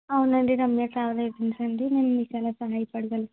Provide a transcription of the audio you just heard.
అవునండి రమ్య ఫేవరేట్స్ నుంచి అండి నేను మీకు ఎలా సహాయపడగలను